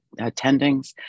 attendings